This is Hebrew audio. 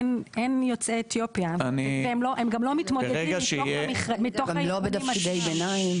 אין יוצאי אתיופיה והם גם לא מתמודדים בתוך התפקידים עצמם.